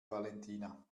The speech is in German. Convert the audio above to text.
valentina